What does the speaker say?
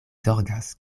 zorgas